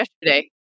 yesterday